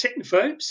technophobes